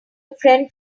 friend